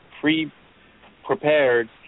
pre-prepared